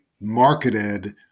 marketed